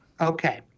Okay